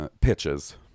pitches